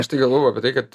aš tai galvojau apie tai kad